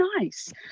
nice